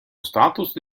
status